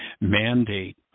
mandate